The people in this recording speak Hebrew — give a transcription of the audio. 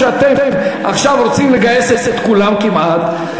שאתם עכשיו רוצים לגייס את כולם כמעט,